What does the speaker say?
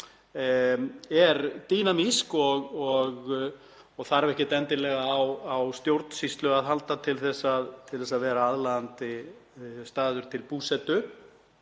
er dýnamísk og þarf ekkert endilega á stjórnsýslu að halda til þess að vera aðlaðandi staður til búsetu.